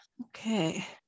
Okay